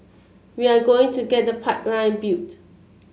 we are going to get the pipeline built